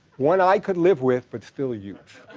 one i could live with, but still huge.